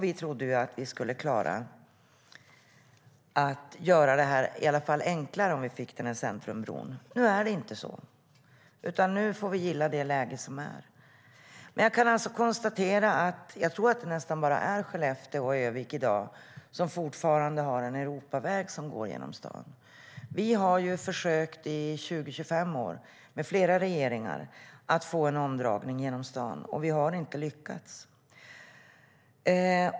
Vi trodde att vi skulle klara att göra det enklare om vi fick centrumbron. Nu blir det inte så, utan nu får vi gilla det läge som är. Jag tror att det är nästan bara Skellefteå och Örnsköldsvik i dag som fortfarande har en Europaväg som går genom staden. Vi har försökt i 20-25 år, med flera regeringar, att få en omdragning utanför stan, men vi har inte lyckats.